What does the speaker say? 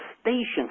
station